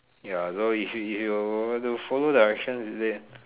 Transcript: ya so if you if you were to follow directions is it